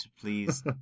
please